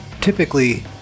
Typically